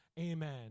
Amen